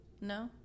No